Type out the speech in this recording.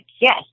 yes